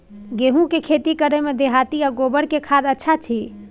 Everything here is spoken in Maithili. गेहूं के खेती करे में देहाती आ गोबर के खाद अच्छा छी?